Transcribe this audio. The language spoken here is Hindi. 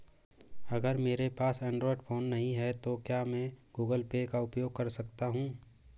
अगर मेरे पास एंड्रॉइड फोन नहीं है तो क्या मैं गूगल पे का उपयोग कर सकता हूं?